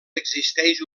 existeix